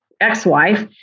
ex-wife